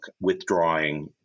withdrawing